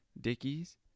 dickie's